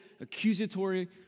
accusatory